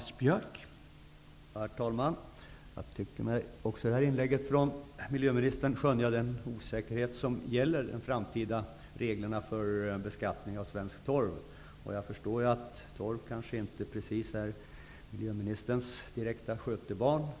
Herr talman! Jag tycker mig också i detta inlägg från miljöministern skönja den osäkerhet som gäller om de framtida reglerna för beskattning av svensk torv. Jag förstår att torv inte direkt är miljöministerns skötebarn.